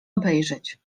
obejrzeć